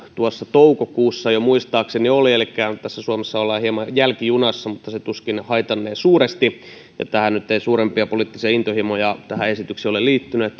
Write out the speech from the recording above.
toukokuussa jo muistaakseni oli suomessa ollaan hieman jälkijunassa mutta se tuskin haitannee suuresti tähän esitykseen nyt ei suurempia poliittisia intohimoja ole liittynyt